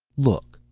look!